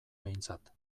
behintzat